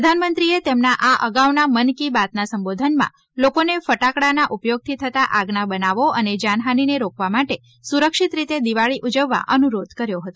પ્રધાનમંત્રીએ તેમના આ અગાઉના મન કી બાતના સંબોધનમાં લોકોને ફટાકડાના ઉપયોગથી થતાં આગના બનાવો અને જાનહાનીને રોકવા માટે સુરક્ષિત રીતે દિવાળી ઉજવવા અનુરોધ કર્યો હતો